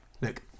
Look